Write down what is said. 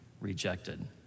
rejected